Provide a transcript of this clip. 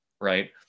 right